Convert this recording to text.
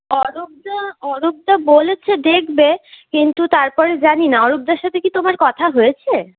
অরূপদা অরূপদা বলেছে দেখবে কিন্তু তারপরে জানি না অরূপদার সাথে কি তোমার কথা হয়েছে